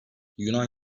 yunan